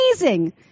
amazing